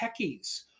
techies